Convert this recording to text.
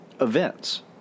events